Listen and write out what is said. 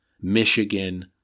Michigan